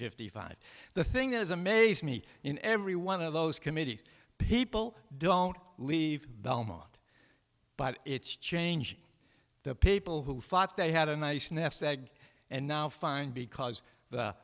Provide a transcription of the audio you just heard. fifty five the thing there is amaze me in every one of those committees people don't leave belmont but it's changing the people who thought they had a nice nest egg and now fine because the